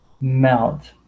melt